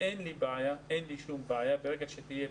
אין לי שום בעיה, ברגע שתהיה פנייה,